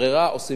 עושים מכרז.